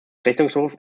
rechnungshofes